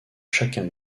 chacun